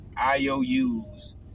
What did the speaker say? IOUs